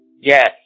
Yes